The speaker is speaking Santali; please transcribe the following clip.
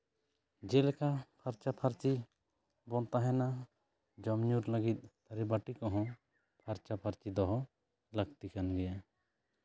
ᱡᱮᱞᱮᱠᱟ ᱯᱷᱟᱨᱪᱟᱼᱯᱷᱟᱨᱪᱤ ᱵᱚᱱ ᱛᱟᱦᱮᱸᱱᱟ ᱡᱚᱢ ᱧᱩ ᱞᱟᱹᱜᱤᱫ ᱛᱷᱟᱹᱨᱤᱵᱟᱹᱴᱤ ᱠᱚᱦᱚᱸ ᱯᱷᱟᱨᱪᱟᱼᱯᱷᱟᱨᱪᱤ ᱫᱚᱦᱚ ᱞᱟᱹᱠᱛᱤ ᱠᱟᱱ ᱜᱮᱭᱟ